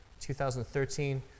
2013